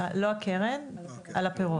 לא הקרן, על הפירות.